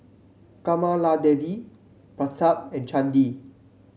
Kamaladevi Pratap and Chandi